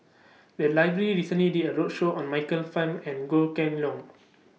The Library recently did A roadshow on Michael Fam and Goh Kheng Long